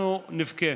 אנחנו נבכה.